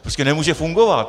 To prostě nemůže fungovat.